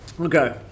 Okay